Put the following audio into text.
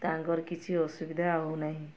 ତାଙ୍କର କିଛି ଅସୁବିଧା ହଉ ନାହିଁ